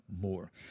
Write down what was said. more